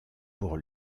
pour